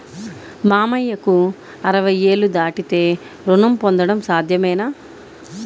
మామయ్యకు అరవై ఏళ్లు దాటితే రుణం పొందడం సాధ్యమేనా?